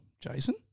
Jason